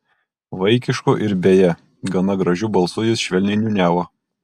vaikišku ir beje gana gražiu balsu jis švelniai niūniavo